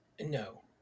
No